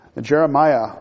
Jeremiah